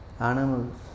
Animals